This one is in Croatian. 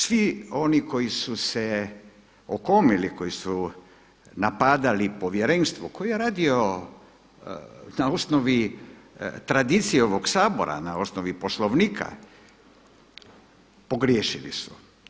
Svi oni koji su se okomili, koji su napadali povjerenstvo, koji je radio na osnovi tradicije ovog Sabora, na osnovi Poslovnika, pogriješili su.